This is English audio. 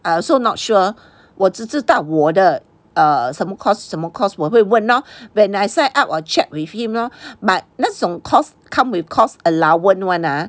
I also not sure 我只知道我的 err 什么 course 什么 course 我会问 lor when I sign up orh check with him lor but 那种 course come with course allowance [one] ah